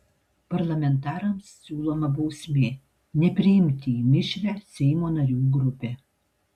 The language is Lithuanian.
parlamentarams siūloma bausmė nepriimti į mišrią seimo narių grupę